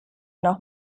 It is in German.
noch